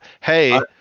hey